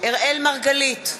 אראל מרגלית,